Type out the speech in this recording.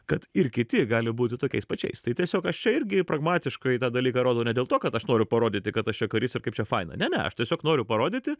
kad ir kiti gali būti tokiais pačiais tai tiesiog aš čia irgi pragmatiškai į tą dalyką rodau ne dėl to kad aš noriu parodyti kad aš čia karys ir kaip čia faina ne ne aš tiesiog noriu parodyti